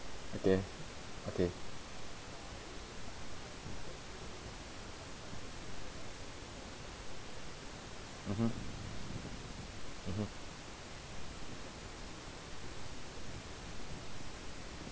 okay okay mmhmm mmhmm